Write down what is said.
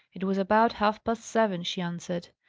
it was about half-past seven, she answered.